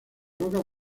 rocas